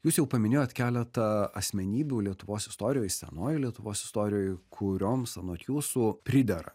jūs jau paminėjot keletą asmenybių lietuvos istorijoj senojoj lietuvos istorijoj kurioms anot jūsų pridera